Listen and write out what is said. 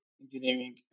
engineering